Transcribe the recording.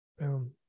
Boom